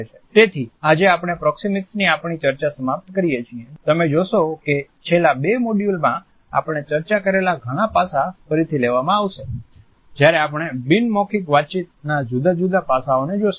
તેથી આજે આપણે પ્રોક્સિમીક્સની આપણી ચર્ચા સમાપ્ત કરીએ છીએ તમે જોશો કે છેલ્લા બે મોડ્યુલમાં આપણે ચર્ચા કરેલા ઘણાં પાસાં ફરીથી લેવામાં આવશે જ્યારે આપણે બિન મૌખિક વાતચીતના જુદા જુદા પાસાંઓને જોશું